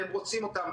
והן רוצות אותם.